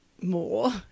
more